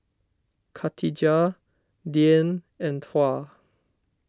Khatijah Dian and Tuah